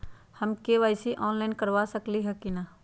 हम KYC online करवा सकली ह कि न?